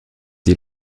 sie